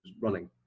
running